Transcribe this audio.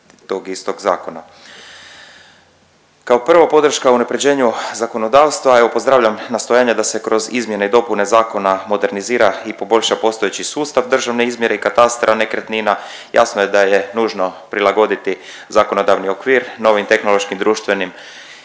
Kao prvo podrška unaprjeđenju zakonodavstva, evo pozdravljam nastojanja da se kroz izmjene i dopune zakona modernizira i poboljša postojeći sustav državne izmjere i katastra nekretnina. Jasno je da je nužno prilagoditi zakonodavni okvir novim tehnološkim društvenim